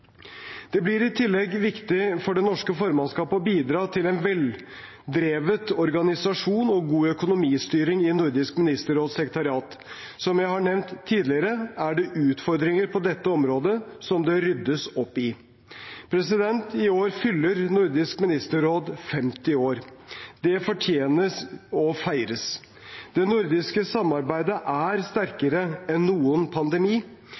Det blir i tillegg viktig for det norske formannskapet å bidra til en veldrevet organisasjon og god økonomistyring i Nordisk ministerråds sekretariat. Som jeg har nevnt tidligere, er det utfordringer på dette området som det ryddes opp i. I år fyller Nordisk ministerråd 50 år. Det fortjener å feires. Det nordiske samarbeidet er sterkere enn noen pandemi;